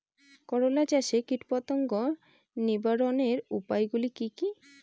করলা চাষে কীটপতঙ্গ নিবারণের উপায়গুলি কি কী?